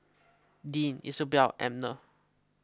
Deanne Isobel Abner